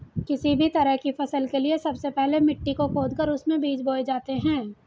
किसी भी तरह की फसल के लिए सबसे पहले मिट्टी को खोदकर उसमें बीज बोए जाते हैं